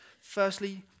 Firstly